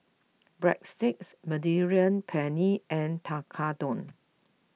Breadsticks Mediterranean Penne and Tekkadon